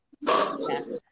Yes